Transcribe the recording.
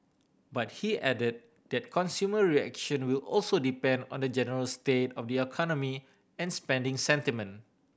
but he added that consumer reaction will also depend on the general state of the economy and spending sentiment